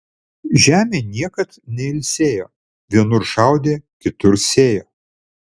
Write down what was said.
žemė niekad neilsėjo vienur šaudė kitur sėjo